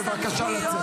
בבקשה לצאת.